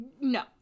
No